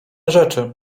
rzeczy